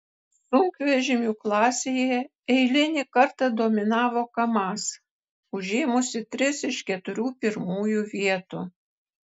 sunkvežimių klasėje eilinį kartą dominavo kamaz užėmusi tris iš keturių pirmųjų vietų